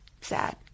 sad